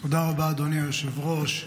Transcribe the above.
תודה רבה, אדוני היושב-ראש.